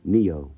Neo